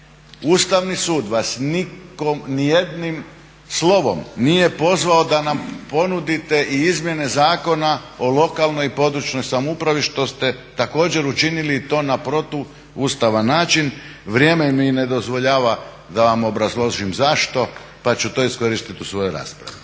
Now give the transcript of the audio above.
Ustavni sud nijednim slovom nije pozvao da nam ponudite i izmjene Zakona o lokalnoj i područnoj samoupravi što ste također učinili i to na protuustavan način. Vrijeme mi ne dozvoljava da vam obrazložim zašto pa ću to iskoristiti u svojoj raspravi.